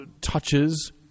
touches